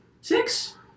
Six